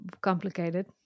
complicated